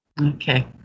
Okay